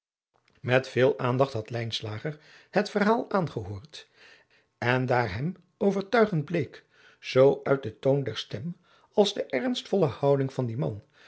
met veel aandacht had lijnslager het verhaal aangehoord en daar hem overtuigend bleek zoo uit den toon der stem als de ernstvolle houding van dien man